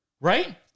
Right